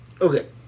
Okay